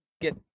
get